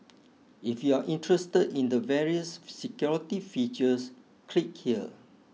if you're interested in the various security features click here